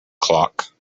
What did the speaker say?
clock